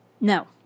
no